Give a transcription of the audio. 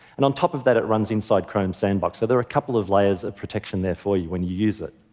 and on top of that, it runs inside chrome sandbox, so there are a couple of layers of protection there for you when you use it.